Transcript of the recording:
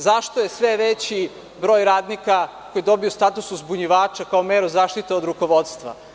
Zašto je sve veći broj radnika koji dobiju status uzbunjivača kao meru zaštite od rukovodstva?